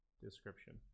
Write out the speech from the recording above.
description